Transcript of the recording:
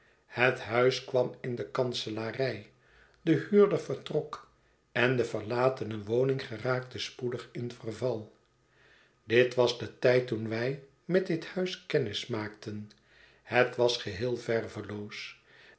het huis kwarn in de kanselarij de huurder vertrok en de verlatene woning geraakte spoedig in verval dit was de tijd toen wij met dit huis kennis maakten het was geheel